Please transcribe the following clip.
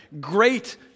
great